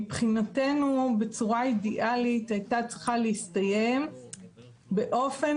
מבחינתנו בצורה אידיאלית הייתה צריכה להסתיים "באופן